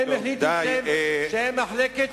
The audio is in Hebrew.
הם החליטו שהם מחלקת שיקום.